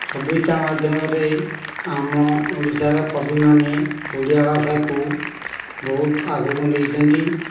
କବିତା ମାଧ୍ୟମରେ ଆମ ଓଡ଼ିଶାର କବିମାନେ ଓଡ଼ିଆ ଭାଷାକୁ ବହୁତ ଆଗକୁ ନେଇଛନ୍ତି